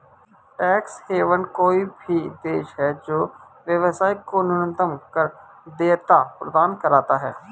tax haven कोई भी देश है जो व्यवसाय को न्यूनतम कर देयता प्रदान करता है